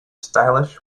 stylish